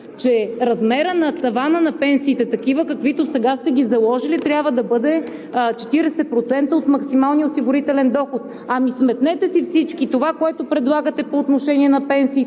че размерът на тавана на пенсиите, каквито сега сте ги заложили, трябва да бъде 40% от максималния осигурителен доход? Сметнете си всички това, което предлагате по отношение на пенсиите,